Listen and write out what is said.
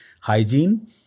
hygiene